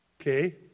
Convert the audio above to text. Okay